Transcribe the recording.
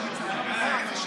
תבדקו.